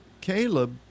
Caleb